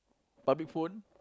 public phone